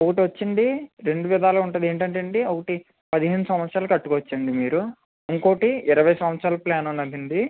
ఒకటి వచ్చండి రెండు విధాలా ఉంటుంది ఏంటంటే అండి ఒకటి పదిహేను సంవత్సరాలు కట్టుకోవచ్చు అండి మీరు ఇంకొకటి ఇరవై సంవత్సరాల ప్లాన్ ఉన్నది అండి